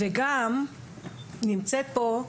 וגם נמצאת פה,